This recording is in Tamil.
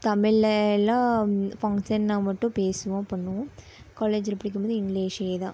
தமிழ்லேலாம் ஃபங்ஸன்னால் மட்டும் பேசுவோம் பண்ணுவோம் காலேஜ்ஜில் படிக்கும்போது இங்கிலீஷே தான்